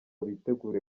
bitegure